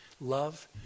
love